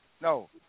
No